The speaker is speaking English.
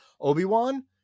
Obi-Wan